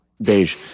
Beige